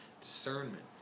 discernment